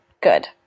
good